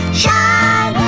shine